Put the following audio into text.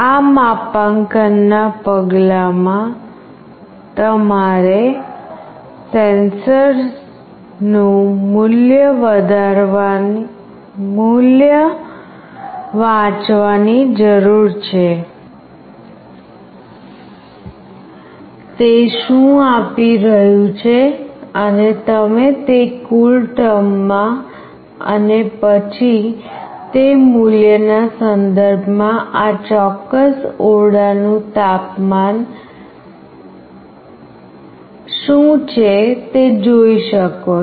આ માપાંકન ના પગલાં માં તમારે સેન્સરનું વર્તમાન મૂલ્ય વાંચવાની જરૂર છે તે શું આપી રહ્યું છે અને તમે તે CoolTerm માં અને પછી તે મૂલ્યના સંદર્ભમાં આ ચોક્કસ ઓરડાનું વર્તમાન તાપમાન શું છે તે જોઈ શકો છો